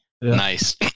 Nice